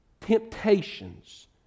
temptations